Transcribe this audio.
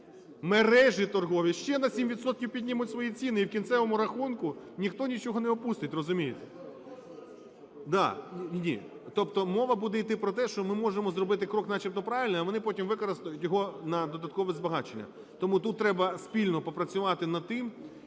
Мережі торгові ще на 7 відсотків піднімуть свої ціни, і в кінцевому рахунку ніхто нічого не опустить, розумієте? Да. Ні, тобто мова буде йти про те, що ми можемо зробити крок начебто правильний, а вони потім використають його на додаткове збагачення. Тому тут треба спільно попрацювати над тим,